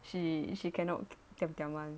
she she cannot diam diam one